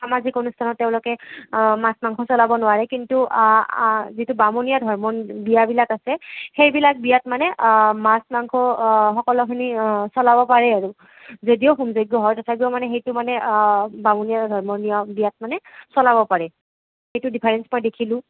সামাজিক অনুষ্ঠানত তেওঁলোকে মাছ মাংস চলাব নোৱাৰে কিন্তু যিটো বামুণীয়া ধৰ্মৰ বিয়াবিলাক আছে সেইবিলাক বিয়াত মানে মাছ মাংস সকলোখিনি চলাব পাৰে আৰু যদিও হোম যজ্ঞ হয় তথাপিও মানে সেইটো মানে বামুণীয়া ধৰ্মৰ বিয়াত মানে চলাব পাৰে সেইটো ডিফাৰেঞ্চ মই দেখিলোঁ